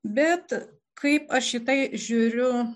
bet kaip aš į tai žiūriu